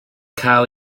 cael